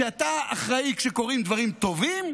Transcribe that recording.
שאתה אחראי כשקורים דברים טובים,